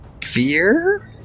fear